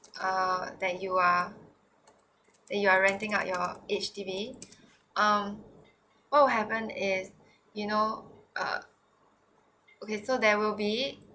uh that you are you are renting out your H_D_B um what will happen is you know uh okay so there will be